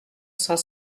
cent